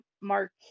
Mark